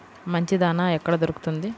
మంచి దాణా ఎక్కడ దొరుకుతుంది?